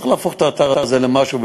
צריך להפוך את האתר הזה למשהו,